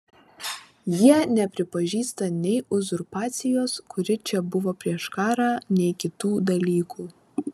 jie nepripažįsta nei uzurpacijos kuri čia buvo prieš karą nei kitų dalykų